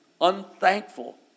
Unthankful